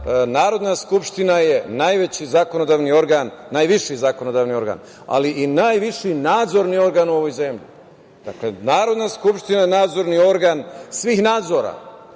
Narodna skupština je najveći zakonodavni organ, najviši zakonodavni organ, ali i najviši nadzorni organ u ovoj zemlji. Dakle, Narodna skupština je nadzorni organ svih nadzora.